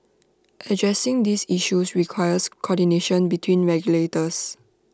addressing these issues requires coordination between regulators